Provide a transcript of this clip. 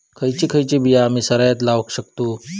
खयची खयची बिया आम्ही सरायत लावक शकतु?